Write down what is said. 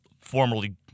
formerly